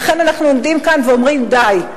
ולכן אנחנו עומדים כאן ואומרים: די.